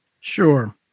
Sure